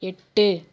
எட்டு